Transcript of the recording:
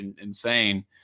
insane